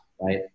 right